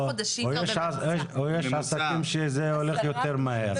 יש עסקים שזה הולך יותר מהר.